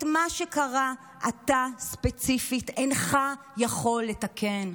את מה שקרה אתה ספציפית אינך יכול לתקן.